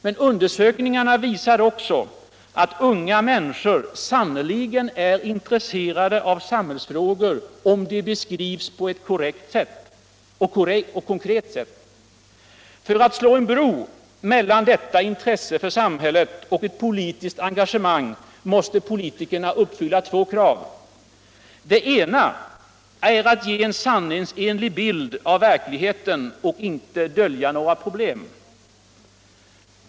Men undersökningarna visar också att unga miinniskor sannerligen ir intresserade av samhällstrågor, om de beskrivs på ett konkret säut. För att slå en bro mellan detta intresse för samhället och ett politiskt engagemang måste politikerna uppfylla två kraäav. Der ena är att ge en sänningsenlig bild av verkligheten och inte dölja några problem.